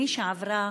כמי שעברה